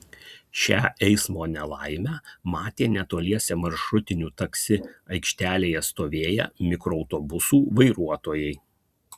šią eismo nelaimę matė netoliese maršrutinių taksi aikštelėje stovėję mikroautobusų vairuotojai